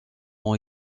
ont